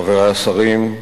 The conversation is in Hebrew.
חברי השרים,